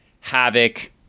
Havoc